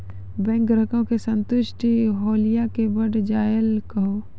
Bank ग्राहक के संतुष्ट होयिल के बढ़ जायल कहो?